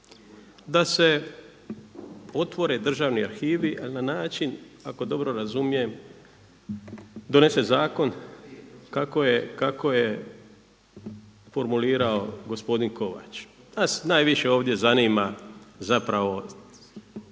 da se otvore državni arhivi na način ako dobro razumijem donese zakon kako je formulirao gospodin Kovač. Nas najviše ovdje zanima zapravo